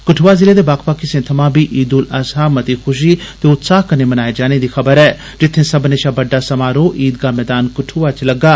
कठुआ जिले दे बक्ख बक्ख हिस्सें थमां बी ईद उल अजहा मती खुषी ते उत्साह कन्ने मनाए जाने दी खबर ऐ जित्थे सब्बनें षा बड्डा समारोह ईदगाह मैदान कठुआ च लग्गा